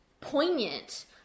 poignant